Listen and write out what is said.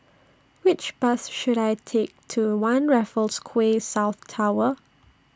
Which Bus should I Take to one Raffles Quay South Tower